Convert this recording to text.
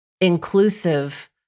inclusive